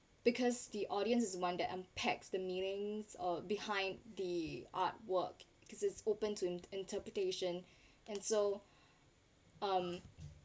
because the audience is the one that unpacks the meanings o~ behind the artwork because it's open to int~ interpretation and so um